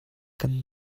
kan